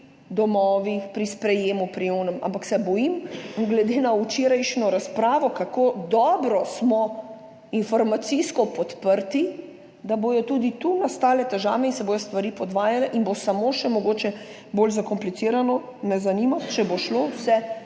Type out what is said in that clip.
domovih, pri sprejemu, pri onem, ampak se bojim glede na včerajšnjo razpravo, kako dobro smo informacijsko podprti, da bodo tudi tu nastale težave in se bodo stvari podvajale in bo mogoče samo še bolj zakomplicirano. Zanima me, ali bo šlo vse